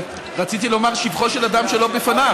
רציתי לומר שבחו של אדם שלא בפניו.